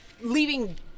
leaving